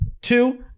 Two